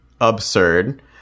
absurd